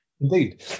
Indeed